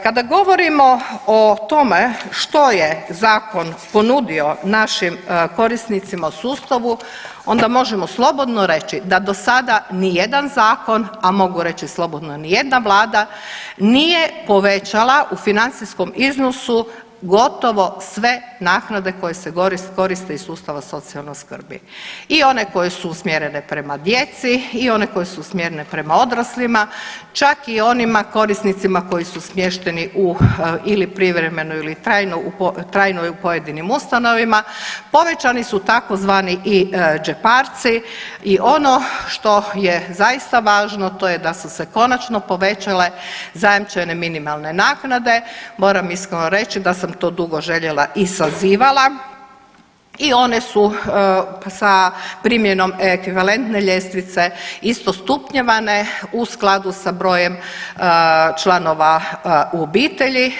Kada govorimo o tome što je zakon ponudio našim korisnicima u sustavu onda možemo slobodno reći da do sada nijedan zakon, a mogu reći slobodno nijedna vlada nije povećala u financijskom iznosu gotovo sve naknade koje se koriste iz sustava socijalne skrbi i one koje su usmjerene prema djeci i one koje su usmjerene prema odraslima, čak i onima korisnicima koji su smješteni u, ili privremeno ili trajno u, trajno i u pojedinim ustanovama, povećani su tzv. i džeparci i ono što je zaista važno to je da su se konačno povećale zajamčene minimalne naknade, moram iskreno reći da sam to dugo željela i sazivala i one su sa primjenom ekvivalentne ljestvice isto stupnjevane u skladu sa brojem članova u obitelji.